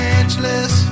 Angeles